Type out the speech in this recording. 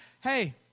hey